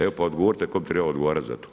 Evo, pa odgovorite tko bi trebao odgovarati za to.